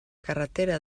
carretera